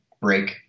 break